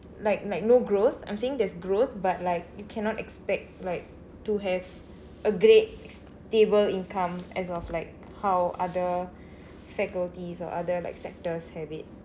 like like no growth I'm saying there's growth but like you cannot expect like to have a great stable income as of like how other faculties or other like sectors have it